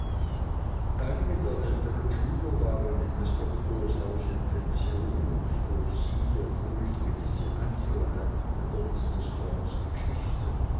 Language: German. einige der ältern schüler waren in des doktors haus in pension und durch sie erfuhr ich gewisse einzelheiten über mr strongs geschichte